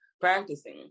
practicing